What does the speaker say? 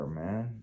man